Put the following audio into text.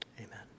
amen